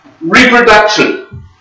reproduction